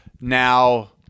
now